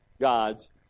God's